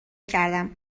کردم